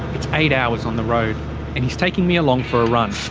it's eight hours on the road and he's taking me along for a run.